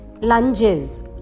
lunges